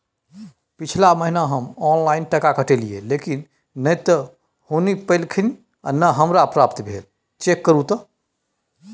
पिछला महीना हम ऑनलाइन टका कटैलिये लेकिन नय त हुनी पैलखिन न हमरा प्राप्त भेल, चेक करू त?